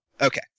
Okay